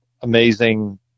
amazing